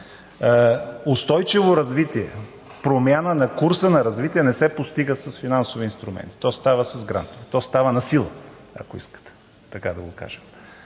Устойчиво развитие, промяна на курса на развитие не се постига с финансови инструменти, то става с грантове, то става насила – ако искате така да го кажем.